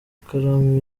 ikaramu